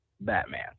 batman